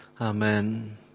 Amen